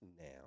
now